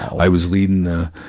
i was leading the,